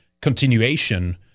continuation